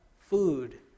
Food